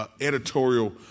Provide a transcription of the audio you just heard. editorial